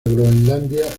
groenlandia